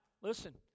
listen